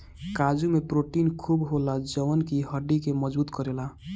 काजू में प्रोटीन खूब होला जवन की हड्डी के मजबूत करेला